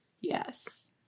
yes